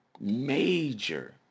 major